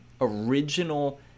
original